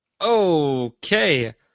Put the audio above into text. Okay